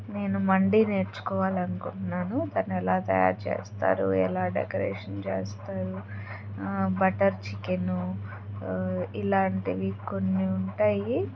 నేను మండీ నేర్చుకోవాలనుకుంటున్నాను దాన్ని ఎలా తయారు చేస్తారు ఎలా డెకరేషన్ చేస్తారు బటర్ చికెను ఇలాంటివి కొన్ని ఉంటాయి